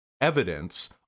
evidence